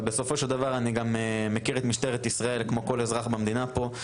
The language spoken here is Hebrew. אבל בסופו של דבר אני מכיר את משטרת ישראל כמו כל אזרח במדינה פה,